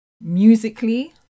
musically